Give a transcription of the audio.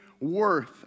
worth